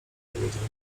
powiedział